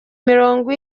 mirongo